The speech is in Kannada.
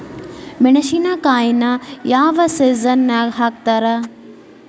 ಮೆಣಸಿನಕಾಯಿನ ಯಾವ ಸೇಸನ್ ನಾಗ್ ಹಾಕ್ತಾರ?